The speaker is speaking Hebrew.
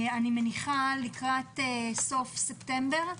אני מניחה שלקראת סוף ספטמבר.